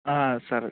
సరే సార్